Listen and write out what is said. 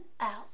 out